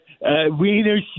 wiener